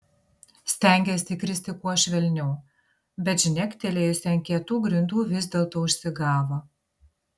stengėsi kristi kuo švelniau bet žnektelėjusi ant kietų grindų vis dėlto užsigavo